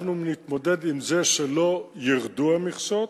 אנחנו נתמודד עם זה שלא ירדו המכסות